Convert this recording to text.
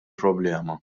problema